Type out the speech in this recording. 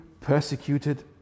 persecuted